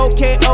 Okay